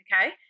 okay